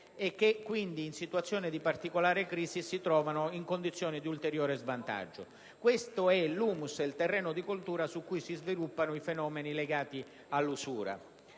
e che, quindi, in situazione di particolare crisi si trovano in condizioni di ulteriore svantaggio. Questo è l'*humus*, il terreno di coltura su cui si sviluppano i fenomeni legati all'usura.